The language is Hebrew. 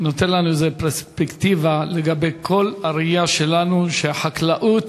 שנותן לנו איזו פרספקטיבה לגבי כל הראייה שלנו שהחקלאות